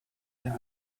der